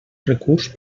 recurs